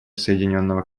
соединенного